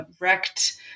wrecked